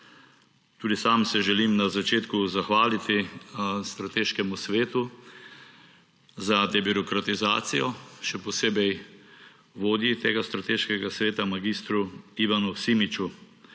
Tudi sam se želim na začetku zahvaliti Strateškemu svetu za debirokratizacijo, še posebej vodji tega strateškega sveta mag. Ivanu Simiču.